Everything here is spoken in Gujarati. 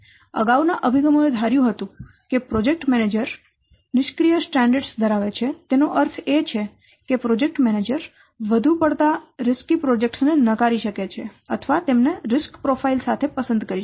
અગાઉના અભિગમોએ ધાર્યું હતું કે પ્રોજેક્ટ મેનેજર નિષ્ક્રિય સ્ટેન્ડર્સ ધરાવે છે તેનો અર્થ એ છે કે પ્રોજેક્ટ મેનેજર વધુ પડતા જોખમી પ્રોજેક્ટ્સ ને નકારી શકે છે અથવા તેમને રિસ્ક પ્રોફાઇલ સાથે પસંદ કરી શકે છે